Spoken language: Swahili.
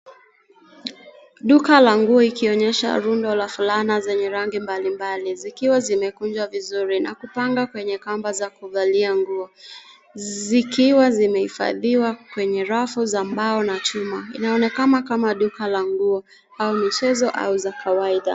Duka la nguo likionyesha rundo la fulana zenye rangi mbalimbali, zikiwa zimekunjwa vizuri, na kupangwa kwenye kamba za kuvalia nguo.